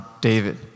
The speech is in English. David